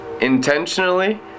intentionally